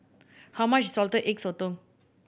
how much is Salted Egg Sotong